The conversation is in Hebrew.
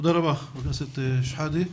תודה רבה, חבר הכנסת שחאדה.